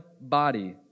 body